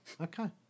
Okay